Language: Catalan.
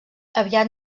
aviat